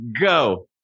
Go